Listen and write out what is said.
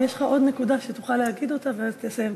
אם יש לך עוד נקודה שתוכל להגיד אותה ואז תסיים,